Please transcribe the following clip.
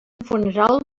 funeral